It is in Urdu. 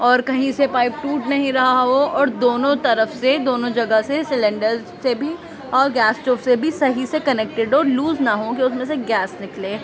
اور کہیں سے پائپ ٹوٹ نہیں رہا ہو اور دونوں طرف سے دونوں جگہ سے سلنڈر سے بھی اور گیس اسٹوو سے بھی صحیح سے کنیکٹیڈ ہو لوز نہ ہو کہ اس میں سے گیس نکلے